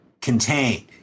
contained